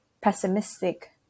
pessimistic